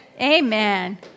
Amen